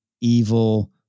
evil